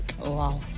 Wow